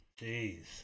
Jeez